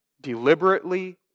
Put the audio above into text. deliberately